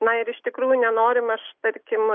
na ir iš tikrųjų nenorim aš tarkim